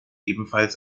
ebenfalls